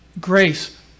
grace